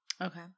okay